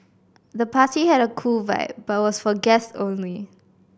the party had a cool vibe but was for guests only